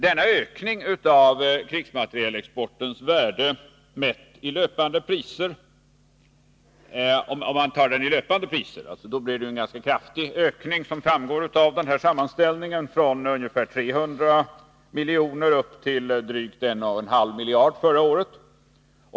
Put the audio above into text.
Som framgår av denna sammanställning blir ökningen ganska kraftig, om man mäter den i löpande priser — från ungefär 300 miljoner till drygt 1,5 miljarder förra året.